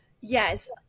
yes